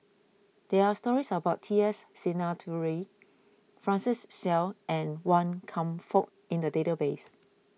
there are stories about T S Sinnathuray Francis Seow and Wan Kam Fook in the database